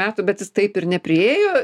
metų bet jis taip ir nepriėjo